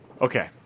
Okay